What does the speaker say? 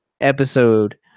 episode